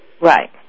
Right